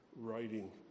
writing